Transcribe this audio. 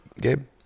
Gabe